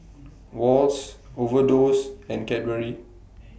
Wall's Overdose and Cadbury